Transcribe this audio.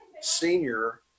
senior